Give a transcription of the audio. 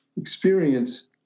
experience